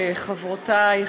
חברותיי,